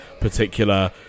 particular